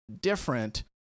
different